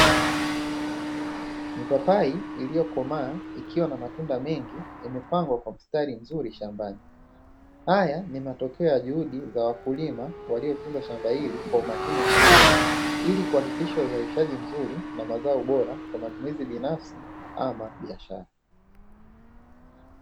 Mipapai iliyokomaa ikiwa na matunda mengi imepangwa kwa mstari. Haya ni matokeo ya juhudi za wakulima waliotunza shamba hilo kwa umakini mkubwa ili kuhakikisha uzalishaji mzuri na mazao bora kwa matumizi binafsi au biashara.